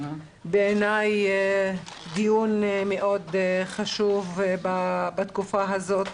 בעיניי זה דיון מאוד חשוב בתקופה הזאת,